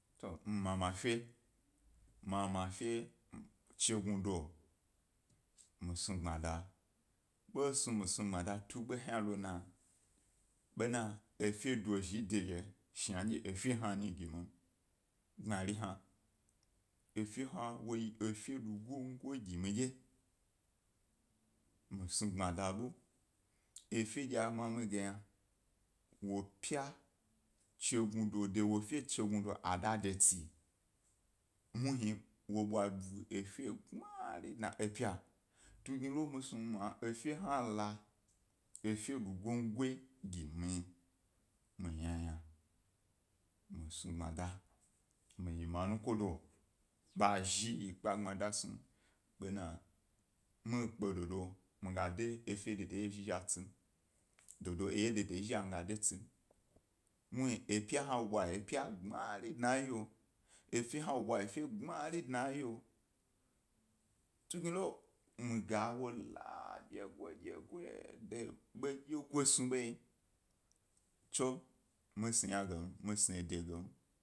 To mi mama fe, mama fe chi gnadu mi snu gbmada, ḃo snu mi snu gbmada tu e ḃo hna lo na be na efe dozhi e de yo shnadye efe hna nyim. Gbmari hna, efe hna wo yi efe lugam go gi midye mi snu gbma da ḃo, efe dye a mama mi ga yna wo pya, chi gnuda de wo efe chew o efe chinuda a da tsi muhri wo ḃu efe gbmari dna e eye yo, tugni lo mi snu ma efe hna la efe lugomgo gi mi, mi yna yna mi snu gbma da ge. Mi ye ma nukobo, ba zhi yi kpe gbmada snu ḃena mikpe dododo mi de epe hna tsim, dodo eye de de zhi tsi, muh epya hna ḃo yi gbanari dna eye, wo efe gbmari dna epya, tugni gelo mi gala ḃo dyegodyego snu ḃayi, tso mi si yna gem, mi si ede gem.